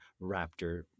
raptor